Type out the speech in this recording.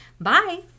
Bye